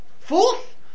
fourth